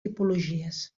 tipologies